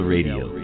Radio